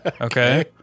Okay